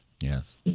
Yes